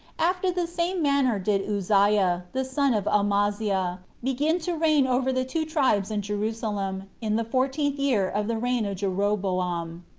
after the same manner did uzziah, the son of amaziah, begin to reign over the two tribes in jerusalem, in the fourteenth year of the reign of jeroboam.